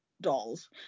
dolls